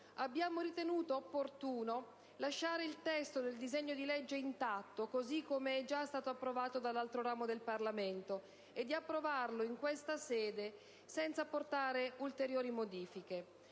abbiamo ritenuto opportuno lasciare il testo del disegno di legge intatto, così come è già stato approvato dall'altro ramo del Parlamento, e di proporne l'approvazione definitiva in questa sede, senza apportare quindi ulteriori modifiche.